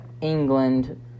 England